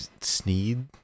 Sneed